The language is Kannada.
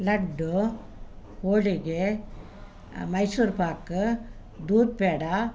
ಲಡ್ಡು ಹೋಳಿಗೆ ಮೈಸೂರು ಪಾಕು ದೂದ್ಪೇಡ